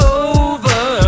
over